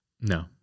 No